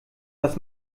was